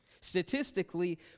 Statistically